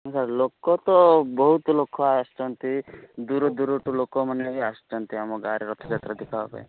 ହଁ ସାର୍ ଲୋକ ତ ବହୁତ ଲୋକ ଆସନ୍ତି ଦୂର ଦୂରଠୁ ଲୋକମାନେ ବି ଆସିଛନ୍ତି ଆମ ଗାଁରେ ରଥଯାତ୍ରା ଦେଖିବା ପାଇଁ